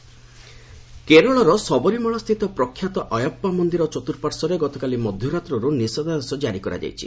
ସବରିମାଳା କେରଳର ସବରିମାଳାସ୍ଥିତ ପ୍ରଖ୍ୟାତ ଅୟାସ୍ପା ମନ୍ଦିର ଚତ୍ରୁପାର୍ଶ୍ୱରେ ଗତକାଲି ମଧ୍ୟରାତ୍ରରୁ ନିଷେଧାଦେଶ ଜାରି କରାଯାଇଛି